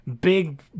big